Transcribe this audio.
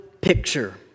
picture